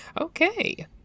Okay